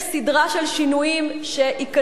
יש סדרה של שינויים שייכנסו,